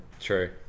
True